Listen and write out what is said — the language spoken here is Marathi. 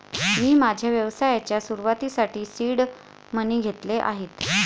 मी माझ्या व्यवसायाच्या सुरुवातीसाठी सीड मनी घेतले आहेत